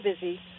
busy